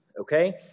Okay